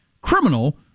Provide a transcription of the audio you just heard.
criminal